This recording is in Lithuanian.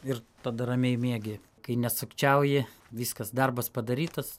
ir tada ramiai miegi kai nesukčiauji viskas darbas padarytas